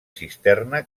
cisterna